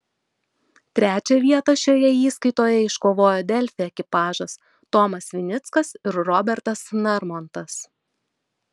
trečią vietą šioje įskaitoje iškovojo delfi ekipažas tomas vinickas ir robertas narmontas